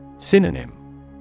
Synonym